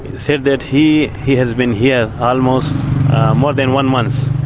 said that he he has been here almost more than one months,